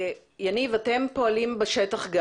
יניב אתם פועלים גם בשטח.